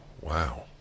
Wow